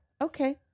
Okay